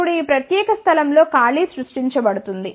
ఇప్పుడు ఈ ప్రత్యేక స్థలం లో ఖాళీ సృష్టించబడుతుంది